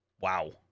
Wow